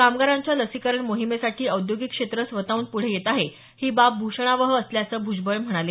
कामगारांच्या लसीकरण मोहिमेसाठी औद्योगिक क्षेत्र स्वतःहून पुढे येत आहे ही बाब भूषणावह असल्याचं भुजबळ म्हणाले